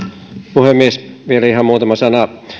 puhemies vielä ihan muutama sana